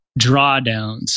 drawdowns